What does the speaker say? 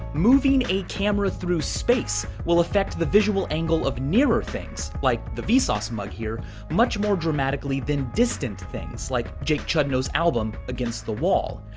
moving a camera through space will affect the visual angle of nearer things, like the vsauce mug here much more dramatically than distant things, like jake chudnow's album against the wall.